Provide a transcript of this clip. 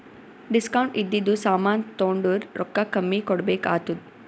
discount ಇದ್ದಿದು ಸಾಮಾನ್ ತೊಂಡುರ್ ರೊಕ್ಕಾ ಕಮ್ಮಿ ಕೊಡ್ಬೆಕ್ ಆತ್ತುದ್